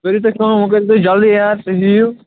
کٔرِو تُہۍ کٲم وۅنۍ کٔرِو تُہۍ جَلدی یارٕ تُہۍ یِیِو